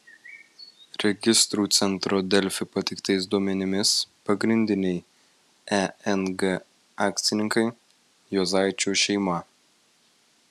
registrų centro delfi pateiktais duomenimis pagrindiniai eng akcininkai juozaičių šeima